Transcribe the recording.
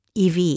EV